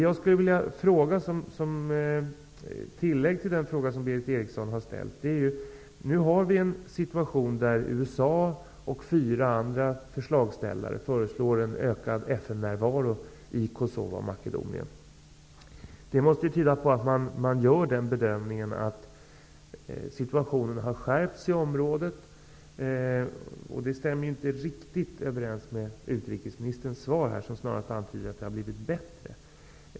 Jag skulle vilja göra ett tillägg till den fråga som Berith Eriksson har ställt. Nu har vi en situation där USA och fyra andra förslagsställare föreslår en ökad FN-närvaro i Kosova och Makedonien. Det måste ju tyda på att man gör den bedömningen att situationen har skärpts i området. Detta stämmer ju inte riktigt överens med utrikesministerns svar, som snarast antyder att det har blivit bättre.